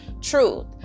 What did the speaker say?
truth